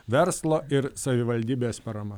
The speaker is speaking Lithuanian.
verslo ir savivaldybės parama